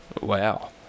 Wow